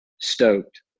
stoked